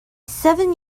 seven